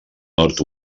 nord